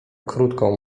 krótką